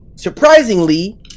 Surprisingly